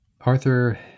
Arthur